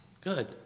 Good